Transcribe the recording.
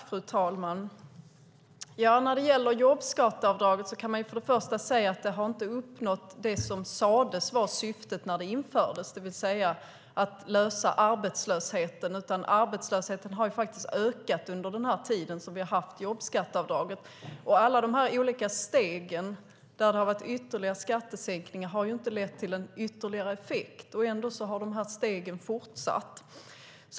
Fru talman! När det gäller jobbskatteavdraget kan man för det första se att det inte har uppnått det som sades vara syftet när det infördes, det vill säga att lösa arbetslöshetsfrågan. Arbetslösheten har i stället ökat under den tid vi har haft jobbskatteavdraget. Alla de olika steg där det har varit ytterligare skattesänkningar har inte lett till en ytterligare effekt, och ändå har stegen fortsatt.